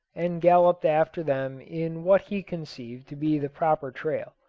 and galloped after them in what he conceived to be the proper trail.